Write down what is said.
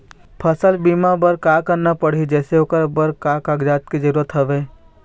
फसल बीमा बार का करना पड़ही जैसे ओकर बर का का कागजात के जरूरत हवे?